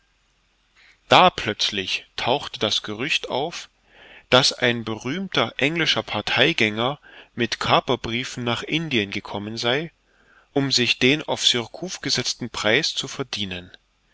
da plötzlich tauchte das gerücht auf daß ein berühmter englischer parteigänger mit kaperbriefen nach indien gekommen sei um sich den auf surcouf gesetzten preis zu verdienen